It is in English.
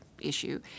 issue